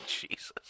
Jesus